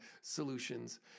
solutions